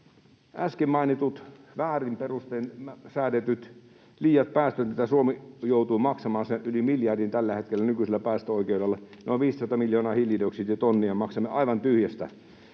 Äsken mainitut väärin perustein säädetyt liiat päästöt, joista Suomi joutuu maksamaan yli miljardin tällä hetkellä nykyisellä päästöoikeudella — noin 15 miljoonaa hiilidioksiditonnia maksamme aivan tyhjästä